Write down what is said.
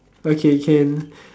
okay can